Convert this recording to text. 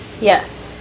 Yes